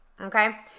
Okay